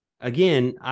again